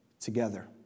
Together